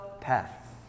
path